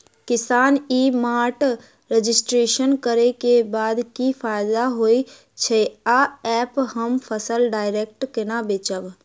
किसान e mart registration करै केँ बाद की फायदा होइ छै आ ऐप हम फसल डायरेक्ट केना बेचब?